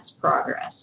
progress